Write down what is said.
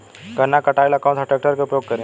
गन्ना के कटाई ला कौन सा ट्रैकटर के उपयोग करी?